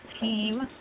team